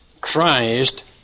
Christ